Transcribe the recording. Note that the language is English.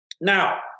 Now